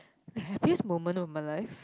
like a peace moment of my life